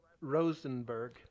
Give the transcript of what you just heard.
Rosenberg